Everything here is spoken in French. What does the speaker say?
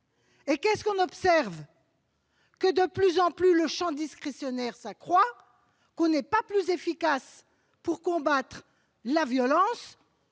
! Or qu'observe-t-on ? Que, de plus en plus, le champ discrétionnaire s'accroît ; que l'on n'est pas plus efficace pour combattre la violence